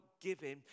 giving